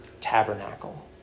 tabernacle